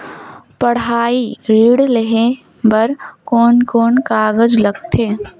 पढ़ाई ऋण लेहे बार कोन कोन कागज लगथे?